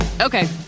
Okay